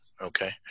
Okay